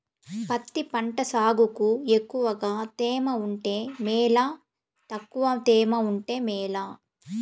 పత్తి పంట సాగుకు ఎక్కువగా తేమ ఉంటే మేలా తక్కువ తేమ ఉంటే మేలా?